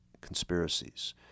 conspiracies